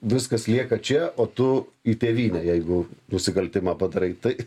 viskas lieka čia o tu į tėvynę jeigu nusikaltimą padarai tai